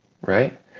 right